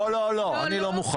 לא, לא, לא, אני לא מוכן.